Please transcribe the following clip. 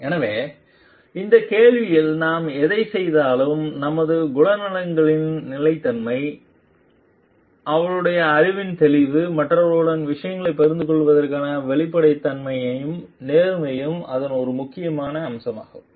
எனவே அந்தக் கேள்வியில் நாம் எதைச் செய்தாலும் நமது குணநலன்களின் நிலைத்தன்மை அவளுடைய அறிவின் தெளிவும் மற்றவர்களுடன் விஷயங்களைப் பகிர்ந்து கொள்வதற்கான வெளிப்படையான தன்மையும் நேர்மையும் அதன் ஒரு முக்கிய அம்சமாகும்